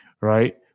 right